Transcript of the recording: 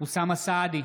אוסאמה סעדי,